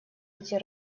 эти